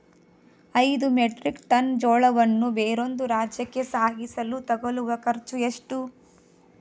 ಐದು metric tonne ಜೋಳವನ್ನು ಬೇರೊಂದು ರಾಜ್ಯಕ್ಕೆ ಸಾಗಿಸಲು ತಗಲುವ ಖರ್ಚು ಎಷ್ಟು?